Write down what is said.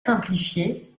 simplifiée